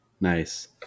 Nice